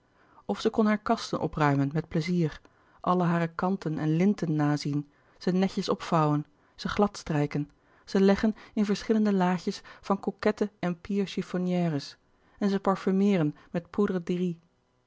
of zij kon hare kasten opruimen met pleizier alle hare kanten en linten nazien ze netjes opvouwen ze glad strijken ze leggen in verschillende laadjes van coquette empire chiffonières en ze parfumeeren met poudre